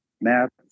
matt